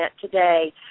today